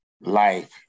life